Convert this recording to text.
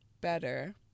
better